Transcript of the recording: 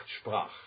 sprach